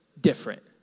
different